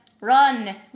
Run